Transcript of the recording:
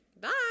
bye